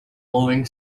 blowing